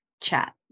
chat